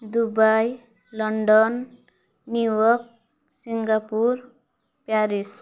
Dubai London New York Singapore Paris